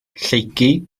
lleucu